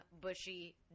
bushy